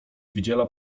wydziela